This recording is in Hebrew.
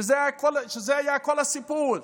שזה היה כל הסיפור,